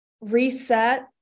reset